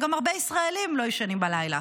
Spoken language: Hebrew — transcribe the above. וגם הרבה ישראלים לא ישנים בלילה.